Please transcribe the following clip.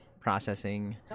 processing